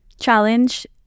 Challenge